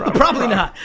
ah probably not.